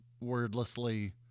wordlessly